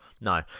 No